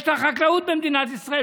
יש את החקלאות במדינת ישראל,